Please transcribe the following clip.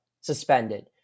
suspended